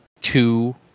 two